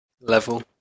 level